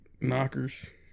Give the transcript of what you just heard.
knockers